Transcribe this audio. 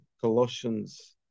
colossians